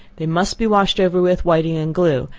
they must be washed over with whiting and glue,